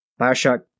Bioshock